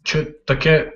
čia tokia